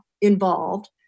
involved